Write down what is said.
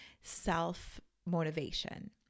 self-motivation